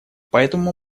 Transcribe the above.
поэтому